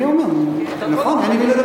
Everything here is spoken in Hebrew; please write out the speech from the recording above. אני אומר, נכון, אין עם מי לדבר.